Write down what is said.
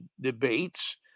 debates